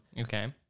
Okay